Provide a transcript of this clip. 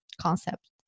concept